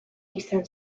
izan